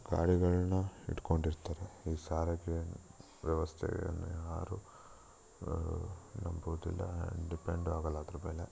ಗಾಡಿಗಳನ್ನು ಇಟ್ಕೊಂಡಿರ್ತಾರೆ ಈ ಸಾರಿಗೆ ವ್ಯವಸ್ಥೆಯನ್ನ ಯಾರು ನಂಬೋದಿಲ್ಲ ಡಿಪೆಂಡು ಆಗೋಲ್ಲ ಅದ್ರ ಮೇಲೆ